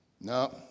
No